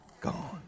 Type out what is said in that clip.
gone